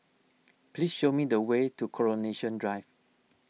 please show me the way to Coronation Drive